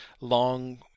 long